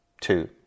two